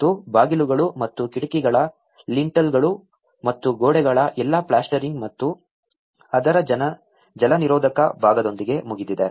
ಮತ್ತು ಬಾಗಿಲುಗಳು ಮತ್ತು ಕಿಟಕಿಗಳ ಲಿಂಟಲ್ಗಳು ಮತ್ತು ಗೋಡೆಗಳ ಎಲ್ಲಾ ಪ್ಲ್ಯಾಸ್ಟರಿಂಗ್ ಮತ್ತು ಅದರ ಜಲನಿರೋಧಕ ಭಾಗದೊಂದಿಗೆ ಮುಗಿದಿದೆ